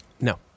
No